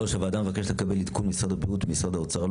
הוועדה מבקשת לקבל עדכון ממשרד הבריאות ומשרד האוצר,